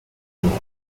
tunnel